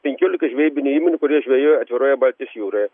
penkiolika žvejybinių įmonių kurie žvejoja atviroje baltijos jūroje